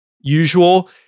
usual